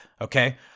okay